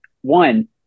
One